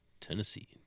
Tennessee